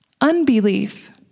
unbelief